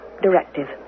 directive